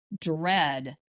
dread